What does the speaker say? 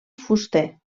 fuster